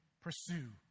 pursue